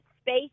space